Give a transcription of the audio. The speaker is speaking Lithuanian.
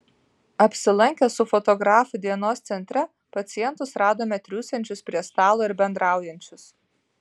apsilankę su fotografu dienos centre pacientus radome triūsiančius prie stalo ir bendraujančius